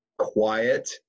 quiet